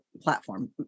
platform